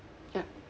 ya